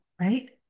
right